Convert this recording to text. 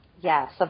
Yes